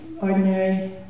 ordinary